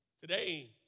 Today